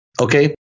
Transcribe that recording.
Okay